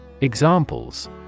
Examples